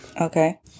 Okay